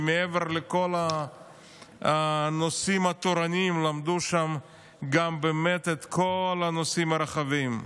שמעבר לכל הנושאים התורניים למדו שם גם את כל הנושאים הרחבים.